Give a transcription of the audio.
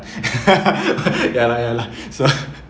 ya lah ya lah so